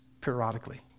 periodically